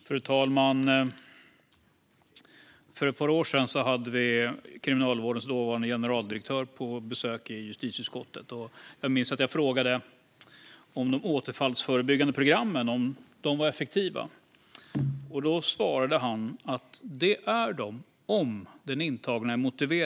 Fru talman! För ett par år sedan hade vi Kriminalvårdens dåvarande generaldirektör på besök i justitieutskottet. Jag minns att jag frågade om de återfallsförebyggande programmen var effektiva, och han svarade att de är det om de intagna är motiverade.